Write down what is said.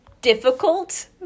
difficult